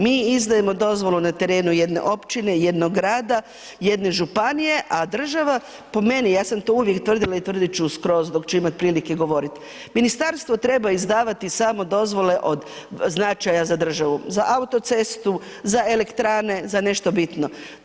Mi izdajemo dozvolu na terenu jedne općine, jednoga grada, jedne županije, a država po meni ja sam to uvijek tvrdila i tvrdit ću skroz dok ću imati prilike govoriti, ministarstvo treba izdavati samo dozvole od značaja za državu: za autocestu, za elektrane, za nešto bitno.